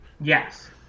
Yes